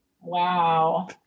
Wow